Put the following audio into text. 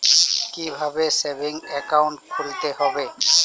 কীভাবে savings account খুলতে হবে?